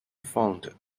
funded